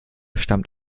stammt